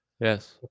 yes